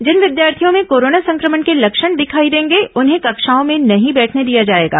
जिन विद्यार्थियों में कोरोना संक्रमण के लक्षण दिखाए देंगे उन्हें कक्षाओँ में नहीं बैठने दिया जाएगा